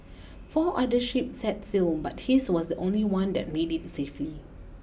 four other ships set sail but his was the only one that made it safely